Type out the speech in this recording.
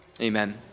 Amen